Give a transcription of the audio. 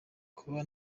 kuba